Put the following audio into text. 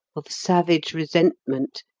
of savage resentment,